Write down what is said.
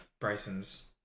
Bryson's